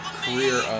career